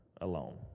alone